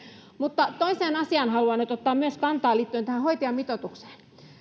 mutta myös toiseen asiaan haluan nyt ottaa kantaa liittyen tähän hoitajamitoitukseen